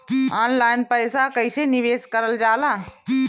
Online पईसा कईसे निवेश करल जाला?